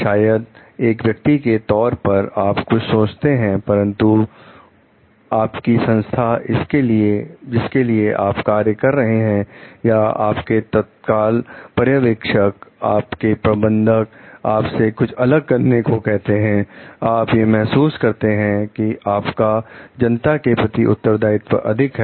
शायद एक व्यक्ति के तौर पर आप कुछ सोचते हैं परंतु आपकी संस्था इसके लिए आप कार्य कर रहे हैं या आपके तत्काल पर्यवेक्षक आपके प्रबंधक आपसे कुछ अलग करने को कहते हैं आप यह महसूस करते हैं कि आपका जनता के प्रति उत्तरदायित्व अधिक है